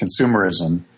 consumerism